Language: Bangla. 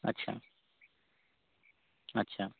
আচ্ছা আচ্ছা